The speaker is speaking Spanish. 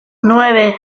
nueve